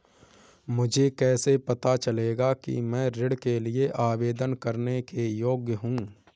मुझे कैसे पता चलेगा कि मैं ऋण के लिए आवेदन करने के योग्य हूँ?